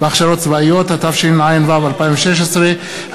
התשע"ו 2016,